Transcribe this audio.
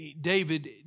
David